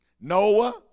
Noah